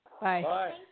Bye